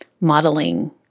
modeling